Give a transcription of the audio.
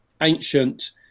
ancient